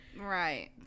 Right